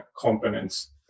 components